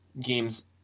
games